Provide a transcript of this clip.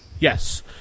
Yes